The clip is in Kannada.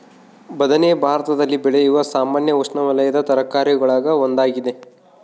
ಬದನೆ ಭಾರತದಲ್ಲಿ ಬೆಳೆಯುವ ಸಾಮಾನ್ಯ ಉಷ್ಣವಲಯದ ತರಕಾರಿಗುಳಾಗ ಒಂದಾಗಿದೆ